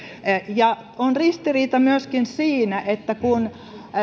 on ristiriita myöskin siinä että kun